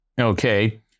Okay